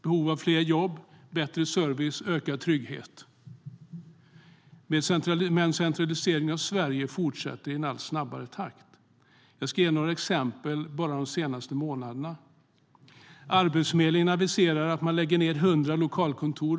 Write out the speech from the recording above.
De är i behov av fler jobb, bättre service och ökad trygghet. Arbetsförmedlingen aviserar att man lägger ned 100 lokalkontor.